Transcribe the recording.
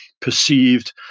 perceived